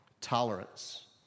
tolerance